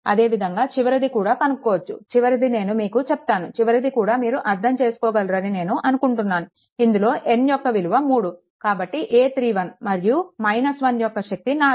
అదేవిధంగా చివరిది కూడా కనుక్కోవచ్చు చివరిది నేను మీకు చెప్తాను చివరిది కూడా మీరు అర్థం చేసుకోగలరని నేను అనుకుంటున్నాను ఇందులో n యొక్క విలువ 3 కాబట్టి a31 మరియు 1 యొక్క శక్తి 4